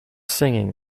singing